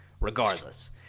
regardless